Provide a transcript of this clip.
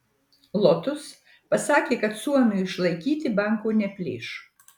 lotus pasakė kad suomiui išlaikyti banko neplėš